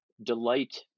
Delight